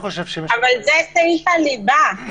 זה סעיף הליבה.